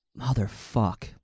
Motherfuck